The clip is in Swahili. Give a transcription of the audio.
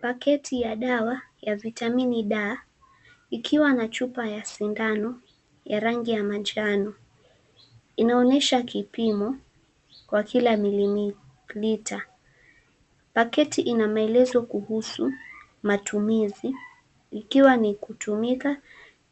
Pakiti ya dawa ya "vitamini D" ikiwa na chupa ya sindano ya rangi ya manjano, inaonyesha kipimo kwa kila milimita. Pakiti ina maelezo kuhusu matumizi, ikiwa ni kutumika